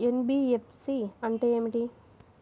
NBFC అంటే ఏమిటి?